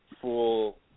full